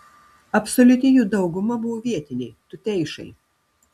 absoliuti jų dauguma buvo vietiniai tuteišai